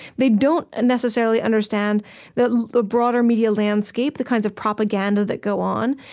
they don't ah necessarily understand the the broader media landscape, the kinds of propaganda that go on.